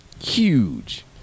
Huge